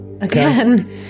again